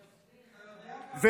אתה יודע כמה, של האיחוד האירופי.